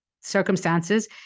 circumstances